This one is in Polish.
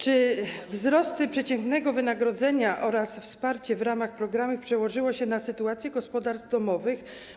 Czy wzrost przeciętnego wynagrodzenia oraz wsparcie w ramach programów przełożyło się na sytuację gospodarstw domowych?